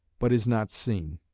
but is not seen.